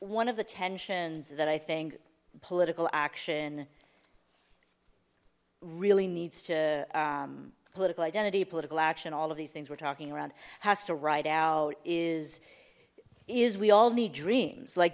one of the tensions that i think political action really needs to political identity political action all of these things we're talking around has to write out is is we all need dreams like